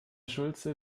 schulze